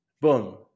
Boom